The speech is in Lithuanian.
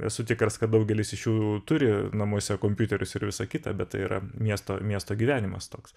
esu tikras kad daugelis iš jų turi namuose kompiuterius ir visa kita bet tai yra miesto miesto gyvenimas toks